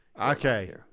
Okay